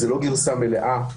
זאת לא גרסה מלאה,